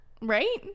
Right